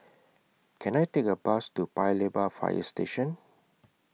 Can I Take A Bus to Paya Lebar Fire Station